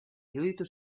iruditu